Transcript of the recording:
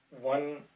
one